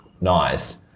nice